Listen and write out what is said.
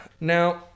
Now